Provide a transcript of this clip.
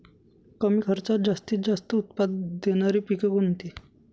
कमी खर्चात जास्त उत्पाद देणारी पिके कोणती?